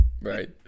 Right